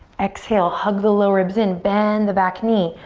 exhale, hug the low ribs in. bend the back knee.